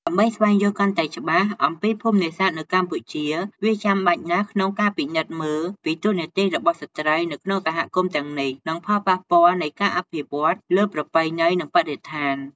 ដើម្បីស្វែងយល់កាន់តែច្បាស់អំពីភូមិនេសាទនៅកម្ពុជា វាចាំបាច់ណាស់ក្នុងការពិនិត្យមើលពី តួនាទីរបស់ស្ត្រី នៅក្នុងសហគមន៍ទាំងនេះ និង ផលប៉ះពាល់នៃការអភិវឌ្ឍន៍ លើប្រពៃណី និងបរិស្ថាន។